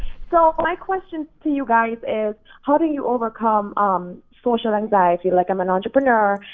so my question to you guys is how do you overcome um social anxiety? like i'm an entrepreneur,